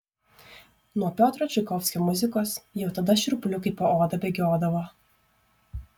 nuo piotro čaikovskio muzikos jau tada šiurpuliukai po oda bėgiodavo